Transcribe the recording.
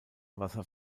wasser